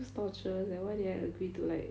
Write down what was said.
this is torture sia why did I agree to like